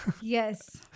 yes